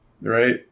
Right